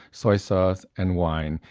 soy sauce and wine.